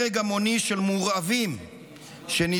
הרג המוני של מורעבים שנדחקו,